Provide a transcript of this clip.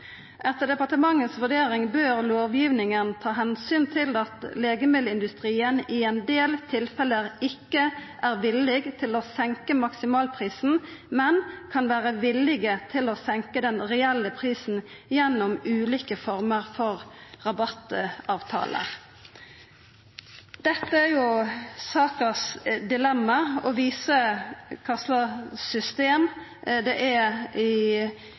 Etter departementets vurdering bør lovgivningen ta hensyn til at legemiddelindustrien i en del tilfeller ikke er villig til å senke maksimalprisen, men kan være villige til å senke den reelle prisen gjennom ulike former for rabattavtaler.» Dette er jo dilemmaet i saka og viser kva slags system det er